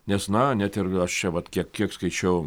nes na net ir aš čia vat kiek kiek skaičiau